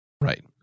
Right